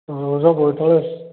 ତରଭୁଜ ବୋଇତାଳୁ